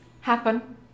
happen